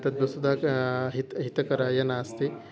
तद् वस्तुतः कः हितं हितकराय नास्ति